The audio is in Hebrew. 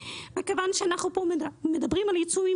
מכיוון שאנחנו פה מדברים על עיצומים,